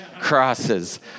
crosses